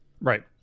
Right